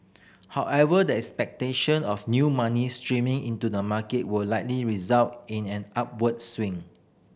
however the expectation of new money streaming into the market will likely result in an upward swing